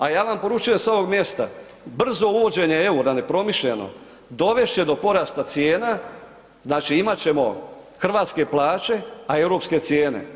A ja vam poručujem s ovog mjesta, brzo uvođenje EUR-a, nepromišljeno dovest će do porasta cijena, znači imat ćemo hrvatske plaće, a europske cijene.